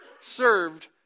served